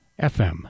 FM